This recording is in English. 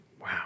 Wow